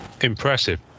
impressive